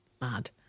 mad